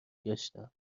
گشتم